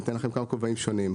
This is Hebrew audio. אני אתן לכם כמה כובעים שונים.